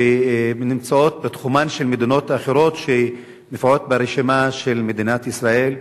שנמצאים בתחומן של מדינות אחרות שמופיעות ברשימה של מדינת ישראל?